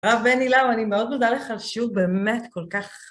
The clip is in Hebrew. רב בני לאו, אני מאוד מודה לך על שיעור באמת כל כך...